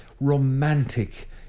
romantic